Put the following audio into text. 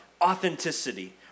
authenticity